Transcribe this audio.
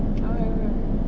okay okay